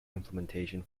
implementation